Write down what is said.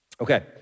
Okay